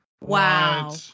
Wow